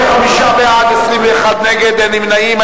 45 בעד, 21 נגד, אין נמנעים.